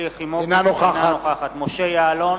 אינה נוכחת משה יעלון,